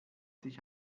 sich